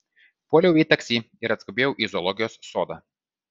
puoliau į taksi ir atskubėjau į zoologijos sodą